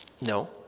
No